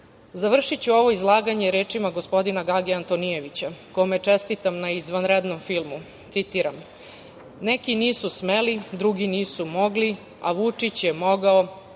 strane. Završiću ovo izlaganje rečima gospodina Gage Antonijevića, kome čestitam na izvanrednom filmu. Citiram: „Neki nisu smeli, drugi nisu mogli, a Vučić je mogao